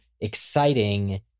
exciting